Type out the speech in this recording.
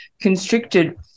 constricted